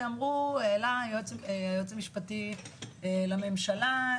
שהעלה היועץ המשפטי לממשלה,